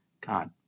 God